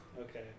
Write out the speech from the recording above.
Okay